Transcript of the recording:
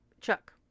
chuck